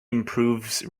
improves